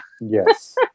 Yes